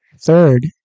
Third